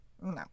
no